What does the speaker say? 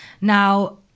Now